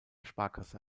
sparkasse